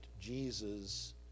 Jesus